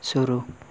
शुरू